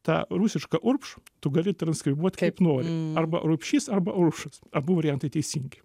tą rusišką urbš tu gali transkribuoti kaip nori arba urbšys arba urbšas abu variantai teisingi